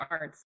arts